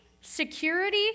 security